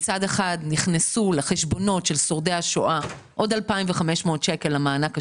שמצד אחד נכנסו לחשבונות של שורדי השואה עוד 2,500 שקל למענק השנתי,